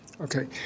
Okay